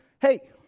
Hey